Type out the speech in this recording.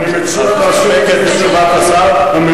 אני מציע להסיר את זה מסדר-היום.